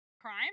crime